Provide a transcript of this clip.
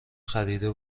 خریده